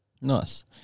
nice